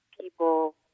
people